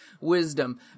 wisdom